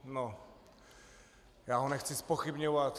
No, já ho nechci zpochybňovat.